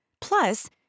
Plus